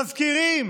מזכירים